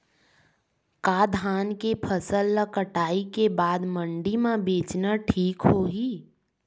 का धान के फसल ल कटाई के बाद मंडी म बेचना ठीक होही?